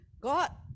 God